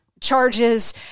charges